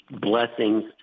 blessings